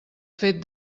fet